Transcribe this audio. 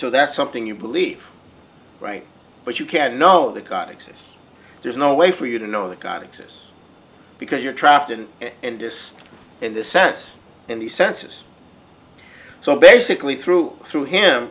so that's something you believe right but you can't know the cot exists there's no way for you to know that god exists because you're trapped in it and this in this sense in the senses so basically through through him